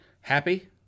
Happy